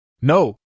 No